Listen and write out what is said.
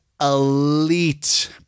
elite